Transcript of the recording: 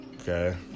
okay